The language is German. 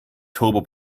turbo